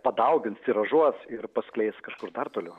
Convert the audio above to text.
padaugins tiražuos ir paskleis kažkur dar toliau